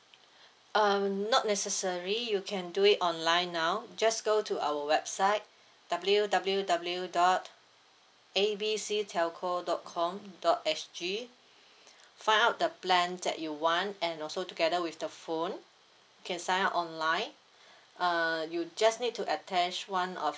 um not necessary you can do it online now just go to our website W_W_W dot A B C telco dot com dot S_G find out the plan that you want and also together with the phone you can sign up online uh you just need to attach one of